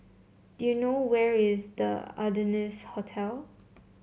do you know where is The Ardennes Hotel